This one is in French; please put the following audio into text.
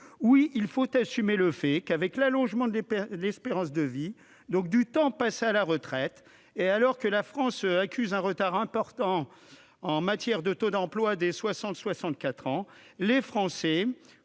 Oui, il faut assumer le fait qu'avec l'allongement de l'espérance de vie, donc du temps passé à la retraite, et alors que la France accuse un retard important en matière de taux d'emploi des 60-64 ans, les Français,